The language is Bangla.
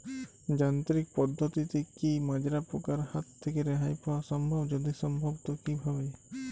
যান্ত্রিক পদ্ধতিতে কী মাজরা পোকার হাত থেকে রেহাই পাওয়া সম্ভব যদি সম্ভব তো কী ভাবে?